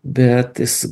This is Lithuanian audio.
bet jis